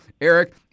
Eric